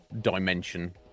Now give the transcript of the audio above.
dimension